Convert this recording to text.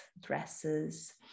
dresses